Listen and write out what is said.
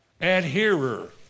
adherer